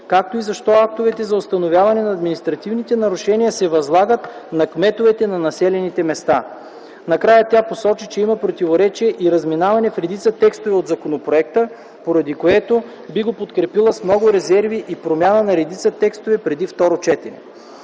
както и защо актовете за установяване на административните нарушения се възлагат на кметовете на населените места. Накрая тя посочи, че има противоречие и разминаване в редица текстове от законопроекта, поради което би го подкрепила с много резерви и промяна на редица текстове преди второ четене.